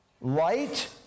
light